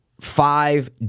five